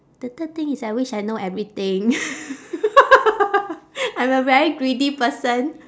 the third thing is I wish I know everything I'm a very greedy person